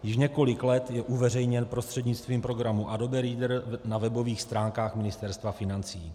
Již několik let je uveřejněn prostřednictvím programu Adobe Reader na webových stránkách Ministerstva financí.